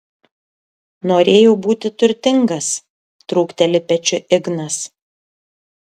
norėjau būti turtingas trūkteli pečiu ignas